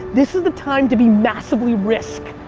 this is the time to be massively risk.